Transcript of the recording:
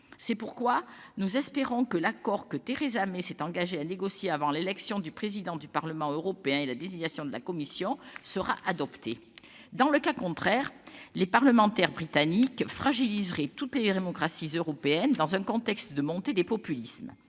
C'est pourquoi nous espérons que l'accord que Theresa May s'est engagée à négocier avant l'élection du président du Parlement européen et la désignation de la Commission sera adopté. Dans le cas contraire, les parlementaires britanniques fragiliseraient toutes les démocraties européennes, dans un contexte de montée des populismes.